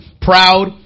proud